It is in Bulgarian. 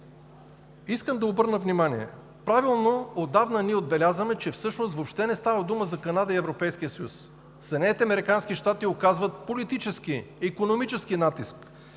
Искам да обърна внимание. Правилно отдавна отбелязваме, че всъщност въобще не става дума за Канада и Европейския съюз. САЩ оказват политически и икономически натиск,